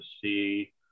see